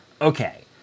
Okay